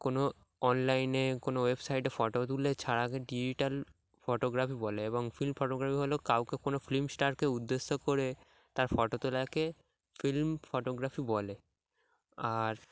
কোনো অনলাইনে কোনো ওয়েবসাইটে ফটো তুলে ছাড়াকে ডিজিটাল ফটোগ্রাফি বলে এবং ফিল্ম ফটোগ্রাফি হলো কাউকে কোনো ফিল্ম স্টারকে উদ্দেশ্য করে তার ফটো তোলাকে ফিল্ম ফটোগ্রাফি বলে আর